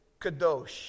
kadosh